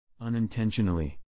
Unintentionally